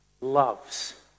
loves